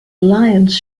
alliance